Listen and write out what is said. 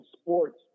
sports